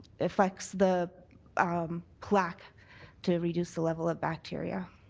affects the um plaque to reduce the level of bacteria.